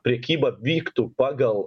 prekyba vyktų pagal